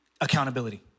accountability